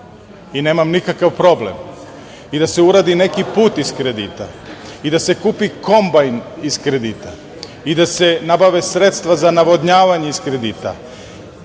i nemam nikakav problem i da se uradi neki put iz kredita i da se kupi kombajn iz kredita i da se nabave sredstva za navodnjavanje iz kredita